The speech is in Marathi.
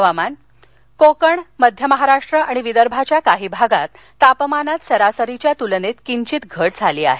हवामान कोकण मध्य महाराष्ट्र आणि विदर्भाच्या काही भागात तापमानात सरासरीच्या तूलनेत किंधित घट झाली आहे